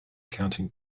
counting